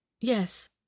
Yes